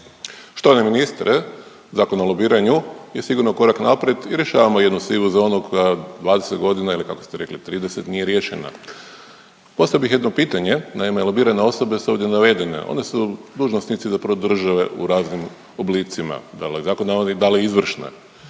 Štovani ministre, Zakon o lobiranju je sigurno korak naprijed i rješavamo jednu sivu zonu koja 20 godina ili kao ste rekli 30 nije riješena. Postavio bih jedno pitanje. Naime, lobirane osobe su ovdje navedene, one su dužnosnici zapravo države u raznim oblicima da li zakonodavne